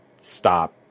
stop